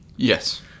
Yes